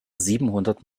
siebenhundert